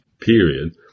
period